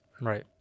Right